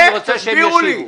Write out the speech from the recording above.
אני רוצה שהם ישיבו.